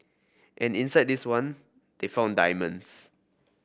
and inside this one they found diamonds